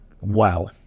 Wow